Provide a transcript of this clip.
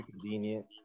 convenient